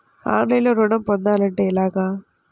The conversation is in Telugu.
ఆన్లైన్లో ఋణం పొందాలంటే ఎలాగా?